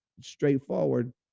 straightforward